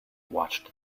watched